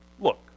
Look